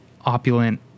opulent